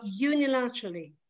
unilaterally